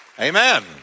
Amen